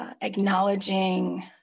acknowledging